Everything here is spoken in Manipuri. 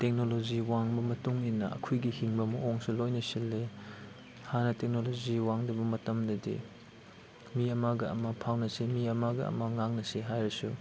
ꯇꯦꯛꯅꯣꯂꯣꯖꯤ ꯋꯥꯡꯕ ꯃꯇꯨꯡ ꯏꯟꯅ ꯑꯩꯈꯣꯏꯒꯤ ꯍꯤꯡꯕ ꯃꯑꯣꯡꯁꯨ ꯂꯣꯏꯅ ꯁꯤꯜꯂꯤ ꯍꯥꯟꯅ ꯇꯦꯛꯅꯣꯂꯣꯖꯤ ꯋꯥꯡꯗꯕ ꯃꯇꯝꯗꯗꯤ ꯃꯤ ꯑꯃꯒ ꯑꯃ ꯐꯥꯎꯅꯁꯤ ꯃꯤ ꯑꯃꯒ ꯑꯃ ꯉꯥꯡꯅꯁꯤ ꯍꯥꯏꯔꯁꯨ